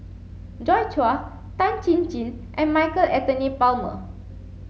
Joi Chua Tan Chin Chin and Michael Anthony Palmer